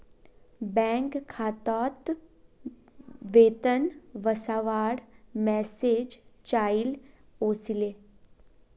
bank खातात वेतन वस्वार मैसेज चाइल ओसीले